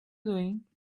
doing